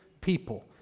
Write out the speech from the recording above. people